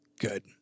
Good